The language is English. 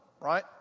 right